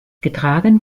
getragen